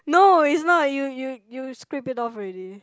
no it's not you you you scrape it off already